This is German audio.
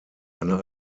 eine